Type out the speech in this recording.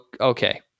okay